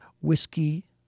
Whiskey